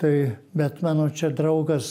tai bet mano čia draugas